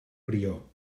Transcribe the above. prior